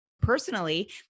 personally